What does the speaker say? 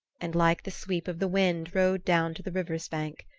and like the sweep of the wind rode down to the river's bank.